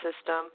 system